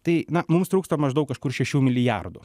tai na mums trūksta maždaug kažkur šešių milijardų